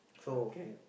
okay